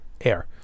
air